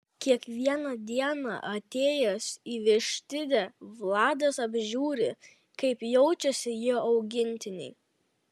kiekvieną dieną atėjęs į vištidę vladas apžiūri kaip jaučiasi jo augintiniai